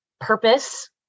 Purpose